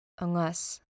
Unless-